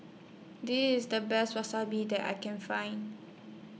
This IS The Best Wasabi that I Can Find